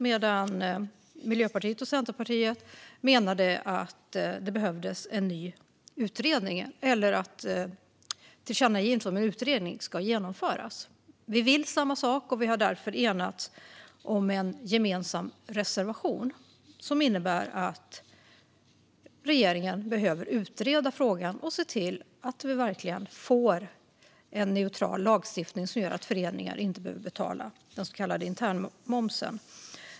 Miljöpartiet och Centerpartiet menade i ett förslag till tillkännagivande att det behövde genomföras en ny utredning. Vi vill samma sak, och vi har därför enats om en gemensam reservation som innebär att regeringen bör utreda frågan och se till att vi verkligen får en neutral lagstiftning som gör att föreningar inte behöver betala den så kallade internmomsen.